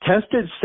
Tested